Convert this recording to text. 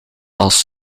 als